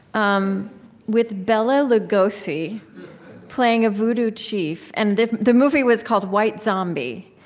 um with bela lugosi playing a vodou chief, and the the movie was called white zombie.